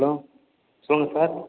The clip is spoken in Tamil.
ஹலோ சொல்லுங்கள் சார்